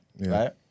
right